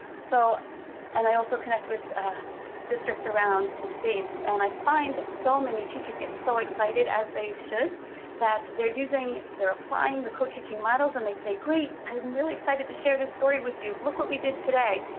so and i also connect with districts around the states. and i find so many teachers get so excited as they should that they're using, they're applying the co-teaching models, and they say great! i'm really excited to share this story with you, look what we did today.